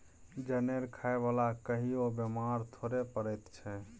जनेर खाय बला कहियो बेमार थोड़े पड़ैत छै